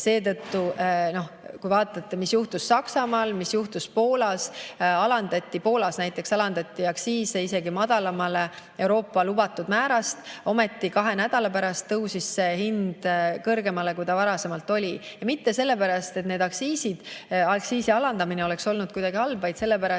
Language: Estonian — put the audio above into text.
Seetõttu, kui vaatate, mis juhtus Saksamaal ja mis juhtus Poolas, siis näiteks Poolas alandati aktsiise isegi madalamale Euroopa lubatud määrast. Ometi kahe nädala pärast tõusis hind kõrgemale, kui varasemalt oli olnud, ja mitte sellepärast, et aktsiisi alandamine oleks olnud kuidagi halb, vaid sellepärast,